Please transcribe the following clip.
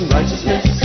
Righteousness